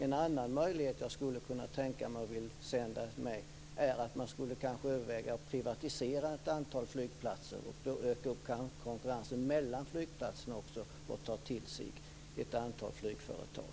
En annan möjlighet som jag skulle kunna tänka mig, och som jag vill sända med, är att man kanske skulle överväga att privatisera ett antal flygplatser och då också öka konkurrensen mellan flygplatserna och ta till sig ett antal flygföretag.